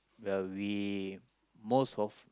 but we most of